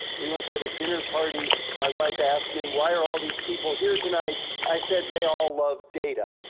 we once had a dinner party. my wife asked me, why are all these people here tonight? i said, they all love data.